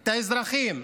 את האזרחים,